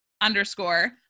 underscore